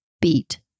beat